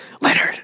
Leonard